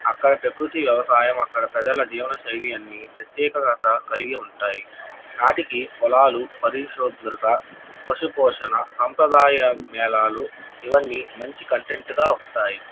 అక్కడ ప్రకృతి వ్యవసాయం అక్కడ ప్రజల జీవనశైలి అన్ని ప్రత్యేకత కలిగి ఉంటాయి నాటికి పొలాలు పరిశుభ్రత పశు పోషణ సాంప్రదాయ మేలాలు ఇవన్నీ మంచి కంటెంట్గా వస్తాయి